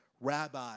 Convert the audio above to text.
Rabbi